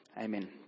Amen